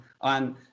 on